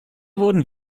wurden